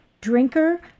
Drinker